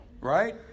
right